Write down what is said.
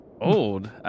Old